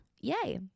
Yay